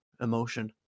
emotion